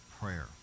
prayer